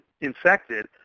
infected